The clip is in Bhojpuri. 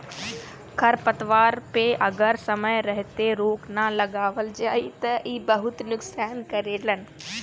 खरपतवार पे अगर समय रहते रोक ना लगावल जाई त इ बहुते नुकसान करेलन